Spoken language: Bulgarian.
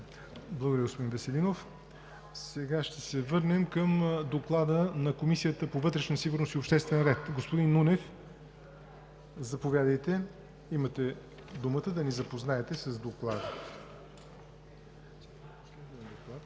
Благодаря, господин Веселинов. Сега ще се върнем към Доклада на Комисията по вътрешна сигурност и обществен ред. Господин Нунев, заповядайте – имате думата да ни запознаете с него.